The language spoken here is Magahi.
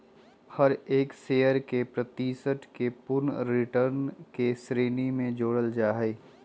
हर एक शेयर के प्रतिशत के पूर्ण रिटर्न के श्रेणी में जोडल जाहई